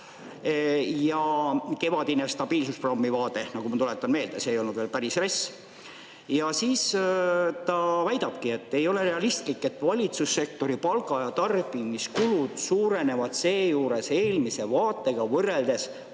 Kevadine stabiilsusprogrammi vaade – ma tuletan meelde, et see ei olnud veel päris RES – väidab, et ei ole realistlik, et valitsussektori palga‑ ja tarbimiskulud suurenevad seejuures eelmise vaatega võrreldes